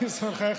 ניסן.